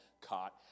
caught